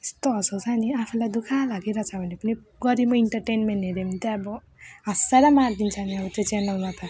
यस्तो हसाउँछ पनि आफूलाई दुःख लागिरहेको छ भने पनि गरिमा इन्टर्टेन्मेन्ट हेर्यो भने त अब हँसाएर मारिदिन्छ पनि अब त्यो च्यानलमा त